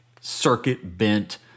circuit-bent